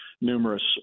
numerous